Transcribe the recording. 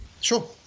Sure